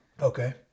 Okay